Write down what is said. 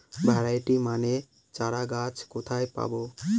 Variety মানের চারাগাছ কোথায় পাবো?